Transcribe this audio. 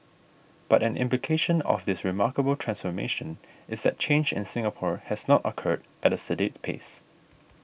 but an implication of this remarkable transformation is that change in Singapore has not occurred at a sedate pace